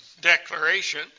declaration